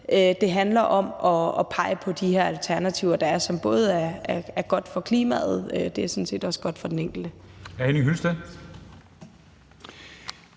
det handler om at pege på de her alternativer, der er, som både er gode for klimaet og sådan set også for den enkelte.